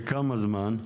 לכמה זמן?